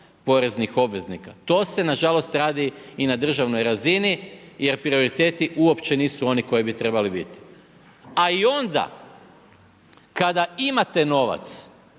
poreznih obveznika. To se nažalost radi i na državnoj razini, jer prioriteti uopće nisu oni koji bi trebali biti. A i onda kada imate novac,